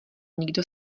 nikdo